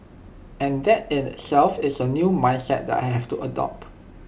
and that in itself is A new mindset that I have to adopt